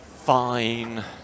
fine